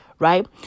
right